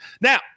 Now